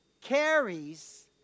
carries